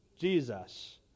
Jesus